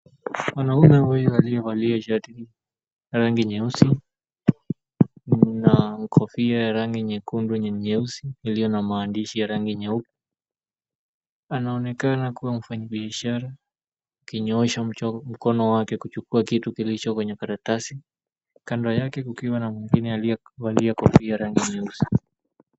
Mwanaume huyu aliyevalia shati ya rangi nyeusi na kofia ya rangi nyekundu na nyeusi ilio na maandishi ya rangi nyeupe. Anaonekana kuwa mfanyibiashara akinyoosha mkono wake kuchukua kitu kilicho kwenye karatasi. Kando yake kukiwa na mwingine aliyevalia kofia ya rangi nyeusi.